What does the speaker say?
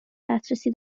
دسترسی